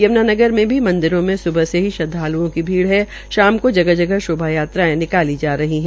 यम्नानगर में भी मंदिरों में स्बह से ही श्रदवालुओं की भीड़ है शाम को जगह जगह शोभा यात्रायें निकाली जा रही है